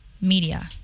media